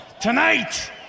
Tonight